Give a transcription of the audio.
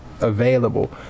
Available